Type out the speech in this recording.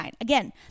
Again